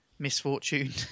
Misfortune